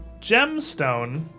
gemstone